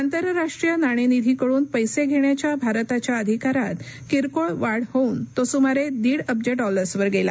आंतरराष्ट्रीय नाणेनिधीकडून पैसे घेण्याच्या भारताच्या अधिकारात किरकोळ वाढ होऊन तो सुमारे दीड अब्ज डॉलर्सवर गेला